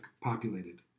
populated